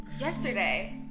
Yesterday